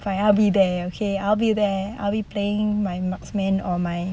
but I'll be there okay I'll be there I'll be playing my marksman or my